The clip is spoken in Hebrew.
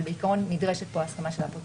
אבל עקרונית נדרשת פה הסכמה של אפוטרופוס.